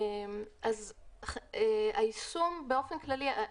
באופן כללי,